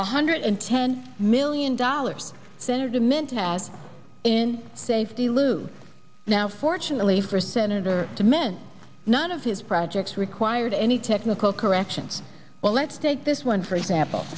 a hundred and ten million dollars there's a mentality in safety lou now fortunately for senator de mint none of his projects required any technical corrections well let's take this one for example